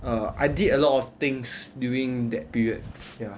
err I did a lot of things during that period ya